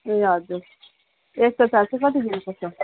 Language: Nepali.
ए हजुर एक्सट्रा चार्ज चाहिँ कति दिनुपर्छ